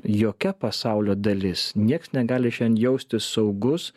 jokia pasaulio dalis nieks negali šiandien jaustis saugus